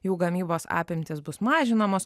jų gamybos apimtys bus mažinamos